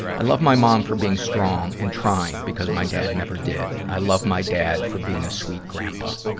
i love my mom for being strong and trying, because my dad never did. i love my dad for being a sweet grandpa